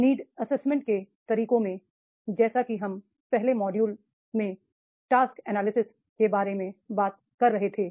need assessment के तरीकों में जैसा कि हम पहले मॉड्यूल में टास्क एनालिसिस के बारे में बात कर रहे थे